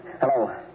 Hello